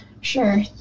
sure